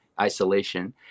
isolation